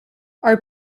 our